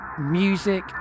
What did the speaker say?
music